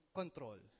control